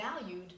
valued